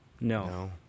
No